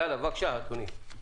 בבקשה, אדוני.